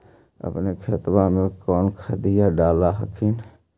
अपने खेतबा मे कौन खदिया डाल हखिन?